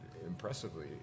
impressively